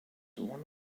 one